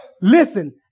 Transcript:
Listen